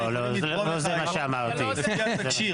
אני לא בטוחה שגם היושב-ראש בעד.